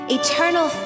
eternal